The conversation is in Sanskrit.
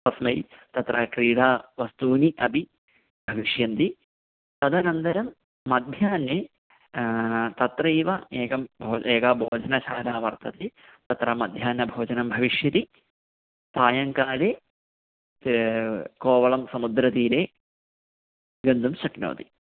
तस्मै तत्र क्रीडा वस्तूनि अपि भविष्यन्ति तदनन्तरं मध्याह्ने तत्रैव एकम् एका भोजनशाला वर्तते तत्र मध्याह्नभोजनं भविष्यति सायङ्काले कोवलं समुद्रतीरे गन्तुं शक्नोति